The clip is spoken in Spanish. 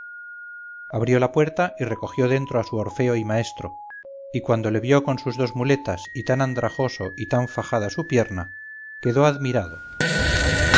abrió la puerta y recogió dentro a su orfeo y maestro y cuando le vio con sus dos muletas y tan andrajoso y tan fajada su pierna quedó admirado